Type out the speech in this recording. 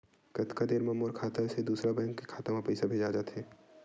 कतका देर मा मोर खाता से दूसरा बैंक के खाता मा पईसा भेजा जाथे?